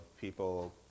people